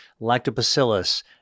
lactobacillus